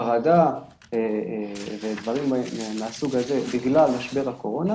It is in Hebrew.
חרדה ודברים מהסוג הזה בגלל משבר הקורונה,